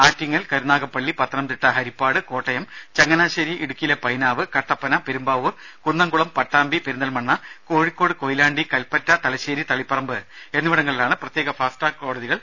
ആറ്റിങ്ങൽ കരുനാഗപ്പള്ളി പത്തനംതിട്ട ഹരിപ്പാട് കോട്ടയം ചങ്ങനാശ്ശേരി ഇടുക്കിയിലെ പൈനാവ് കട്ടപ്പന പെരുമ്പാവൂർ കുന്നംകുളം പട്ടാമ്പി പെരിന്തൽമണ്ണ കോഴിക്കോട് കൊയിലാണ്ടി കൽപ്പറ്റ തലശ്ശേരി തളിപ്പറമ്പ് എന്നിവിടങ്ങളിലാണ് പ്രത്യേക ഫാസ്റ്റ്ട്രാക്ക് കോടതികൾ